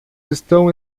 estão